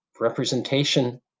representation